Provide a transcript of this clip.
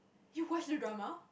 you watch the drama